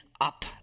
up